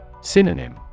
Synonym